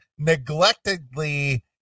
neglectedly